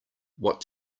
what